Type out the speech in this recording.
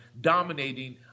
dominating